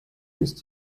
ist